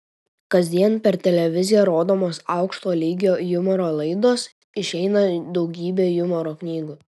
kasdien per televiziją rodomos aukšto lygio humoro laidos išeina daugybė humoro knygų